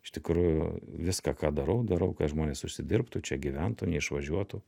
iš tikrųjų viską ką darau darau kad žmonės užsidirbtų čia gyventų neišvažiuotų